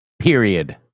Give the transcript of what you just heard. Period